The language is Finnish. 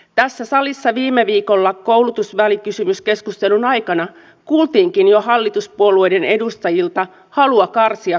tässä salissa viime viikolla koulutusvälikysymyskeskustelun aikana kuultiinkin jo hallituspuolueiden edustajilta halua karsia korkeakouluverkkoamme